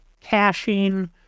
caching